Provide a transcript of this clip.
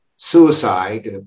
suicide